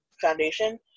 foundation